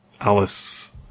Alice